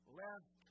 left